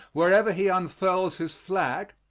wherever he unfurls his flag,